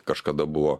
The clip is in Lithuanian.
kažkada buvo